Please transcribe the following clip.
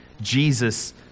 Jesus